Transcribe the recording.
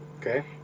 okay